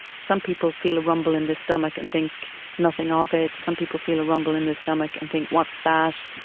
some people feel a rumble in their stomach and think nothing ah of it, some people feel a rumble in their stomach and think, what's that,